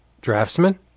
draftsman